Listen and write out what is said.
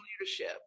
leadership